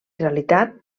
realitat